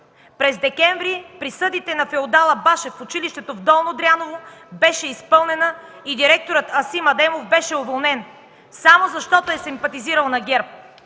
През декември присъдите на феодала Башев в училището в Долно Дряново беше изпълнена и директорът Асим Адемов беше уволнен, само защото е симпатизирал на ГЕРБ.